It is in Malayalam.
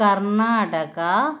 കര്ണാടക